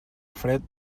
fred